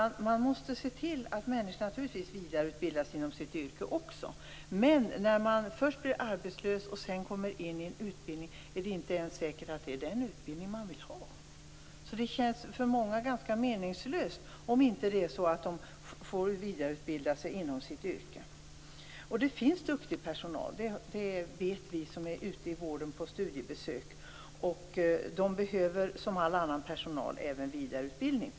Människor skall naturligtvis vidareutbilda sig inom sitt yrke. Men när man först blir arbetslös och sedan kommer in på en utbildning, är det inte säkert att det är den utbildning man vill ha. Det känns för många meningslöst om de inte får vidareutbilda sig inom sitt yrke. Det finns duktig personal. Det vet vi som gör studiebesök i vården. De behöver, som all annan personal, vidareutbildning.